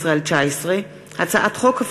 פ/1318/19 וכלה בהצעת חוק פ/1343/19,